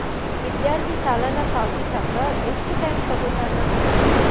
ವಿದ್ಯಾರ್ಥಿ ಸಾಲನ ಪಾವತಿಸಕ ಎಷ್ಟು ಟೈಮ್ ತೊಗೋತನ